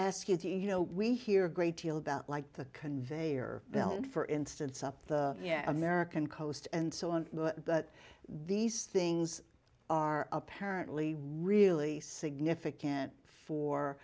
ask you do you know we hear a great deal about like the conveyor belt for instance of the american coast and so on these things are apparently really significant for